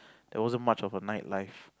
there wasn't much of a night life